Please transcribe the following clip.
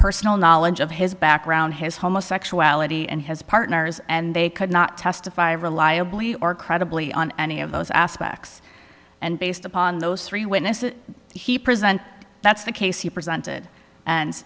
personal knowledge of his background his homosexuality and his partners and they could not testify reliably or credibly on any of those aspects and based upon those three witnesses he presented that's the case you presented and